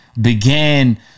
began